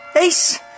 Ace